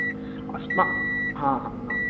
अस्म हा हा हा